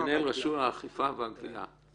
הקופים שלו מקבלים חזרה כסף